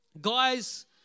Guys